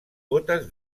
gotes